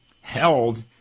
held